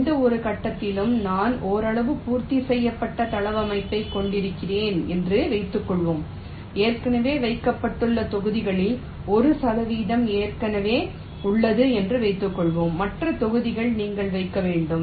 எந்தவொரு கட்டத்திலும் நான் ஓரளவு பூர்த்தி செய்யப்பட்ட தளவமைப்பைக் கொண்டிருக்கிறேன் என்று வைத்துக்கொள்வோம் ஏற்கனவே வைக்கப்பட்டுள்ள தொகுதிகளில் ஒரு சதவீதம் ஏற்கனவே உள்ளது என்று வைத்துக்கொள்வோம் மற்ற தொகுதிகள் நீங்கள் வைக்க வேண்டும்